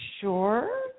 sure